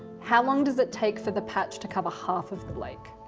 how long does it take for the patch to cover half of the lake?